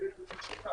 בוקר